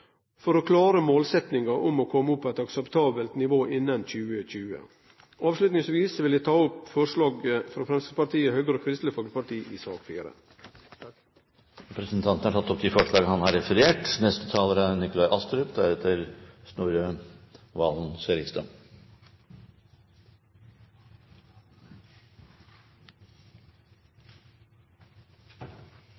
for å klare å nå målsetjinga om å komme opp på eit akseptabelt nivå innan 2020. Til slutt vil eg ta opp forslaget frå Framstegspartiet, Høgre og Kristeleg Folkeparti i sak nr. 4. Representanten Oskar J. Grimstad har tatt opp det forslaget som han refererte til. Kulturminner er